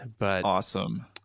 Awesome